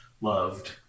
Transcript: loved